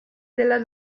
della